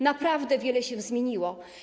Naprawdę wiele się zmieniło.